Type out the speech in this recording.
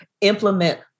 implement